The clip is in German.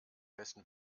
besten